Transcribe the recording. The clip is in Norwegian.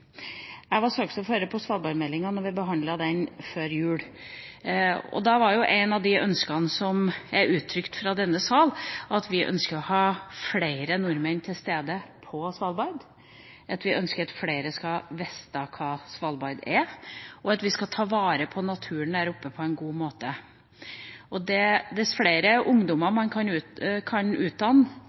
Jeg var saksordfører for svalbardmeldinga da vi behandlet den før jul. Da var ett av ønskene uttrykt fra denne sal at vi ønsker å ha flere nordmenn til stede på Svalbard, at vi ønsker at flere skal vite hva Svalbard er, og at vi skal ta vare på naturen der oppe på en god måte. Ved å utdanne flere ungdommer